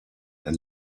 and